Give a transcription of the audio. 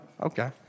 Okay